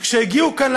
שכשהגיעו לכאן,